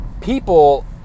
people